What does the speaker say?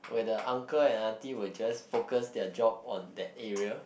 when the uncle and auntie will just focus their job on that area